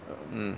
uh mm